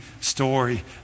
story